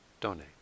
donate